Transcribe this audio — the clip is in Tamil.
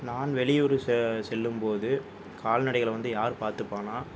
நான் வெளியூர் செல்லும் போது கால்நடைகளை வந்து யார் பார்த்துப்பான்னா